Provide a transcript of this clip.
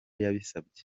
yabisabye